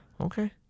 Okay